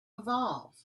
evolve